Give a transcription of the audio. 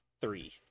three